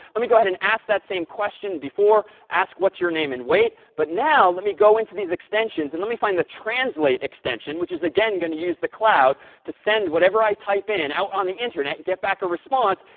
let me go ahead and ask that same question before, ask what's your name and wait. but now let me go into these extensions and let me find the translate extension, which is, again, going to use the cloud to send whatever i type in out on the internet and get back a response,